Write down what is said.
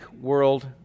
world